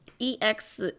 ex